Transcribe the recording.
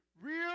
real